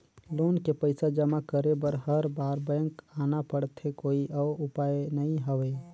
Loan के पईसा जमा करे बर हर बार बैंक आना पड़थे कोई अउ उपाय नइ हवय?